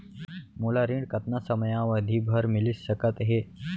मोला ऋण कतना समयावधि भर मिलिस सकत हे?